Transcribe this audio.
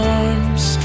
arms